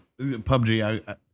PUBG